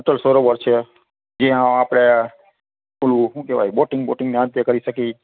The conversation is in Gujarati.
અટલ સરોવર છે જ્યાં આપણે ઓલું શું કહેવાય બોટિંગ બોટિંગ ને અંતે કરી શકી